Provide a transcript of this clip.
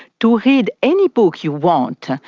to read any book you want,